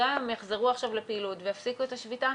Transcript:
גם אם יחזרו עכשיו לפעילות ויפסיקו את השביתה,